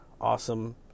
awesome